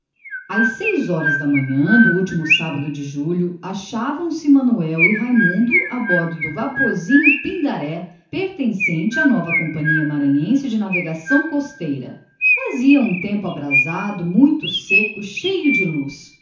às seis horas da manhã acharam se manuel e raimundo a bordo do vaporzinho pindaré pertencente à então nova companhia maranhense de navegação costeira fazia um tempo abrasado muito seco cheio de luz